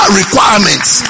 requirements